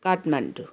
Kathmandu